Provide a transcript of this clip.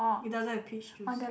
it doesn't have peach juice